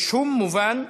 בשום מובן,